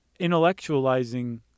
intellectualizing